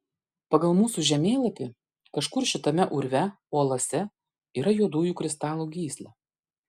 pagal mūsų žemėlapį kažkur šitame urve uolose yra juodųjų kristalų gysla